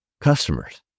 customers